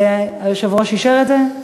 היושב-ראש אישר את זה?